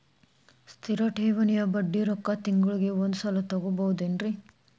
ಸ್ಥಿರ ಠೇವಣಿಯ ಬಡ್ಡಿ ರೊಕ್ಕ ತಿಂಗಳಿಗೆ ಒಂದು ಸಲ ತಗೊಬಹುದೆನ್ರಿ?